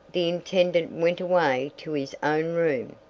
the intendant went away to his own room.